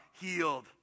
healed